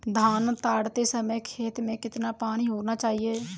धान गाड़ते समय खेत में कितना पानी होना चाहिए?